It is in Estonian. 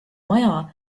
maja